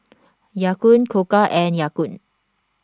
Ya Kun Koka and Ya Kun